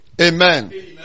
Amen